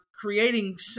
creating